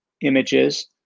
images